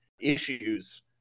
issues